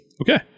Okay